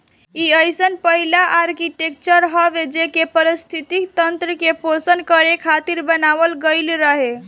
इ अइसन पहिला आर्कीटेक्चर हवे जेके पारिस्थितिकी तंत्र के पोषण करे खातिर बनावल गईल रहे